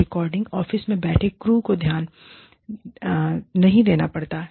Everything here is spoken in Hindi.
रिकॉर्डिंग ऑफिस में बैठे क्रू को ध्यान नहीं देना पड़ता है